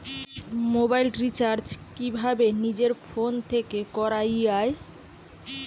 Mobile recharge কিভাবে নিজের phone থেকে করা য়ায়?